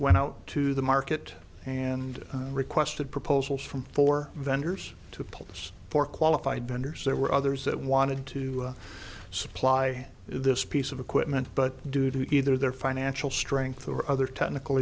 went out to the market and requested proposals from four vendors to pull us for qualified bender's there were others that wanted to supply this piece of equipment but due to either their financial strength or other technical